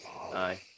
Aye